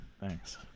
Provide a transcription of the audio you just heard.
thanks